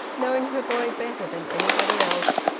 knowing her boy better than anybody else,